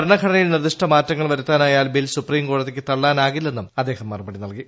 ഭരണഘടന യിൽ നിർദ്ദിഷ്ട മാറ്റങ്ങൾ വരുത്താനായാൽ ബിൽ സുപ്രീംകോടതി ക്ക് തള്ളാനാകില്ലെന്നും അദ്ദേഹം മറുപടി നൽകി